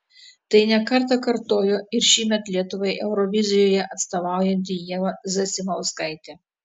tai ne kartą kartojo ir šįmet lietuvai eurovizijoje atstovaujanti ieva zasimauskaitė